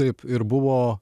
taip ir buvo